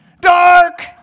Dark